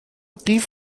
قیف